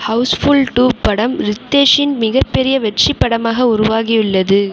Housefull two படம் ரித்தேஷின் மிகப்பெரிய வெற்றி படமாக உருவாகியுள்ளது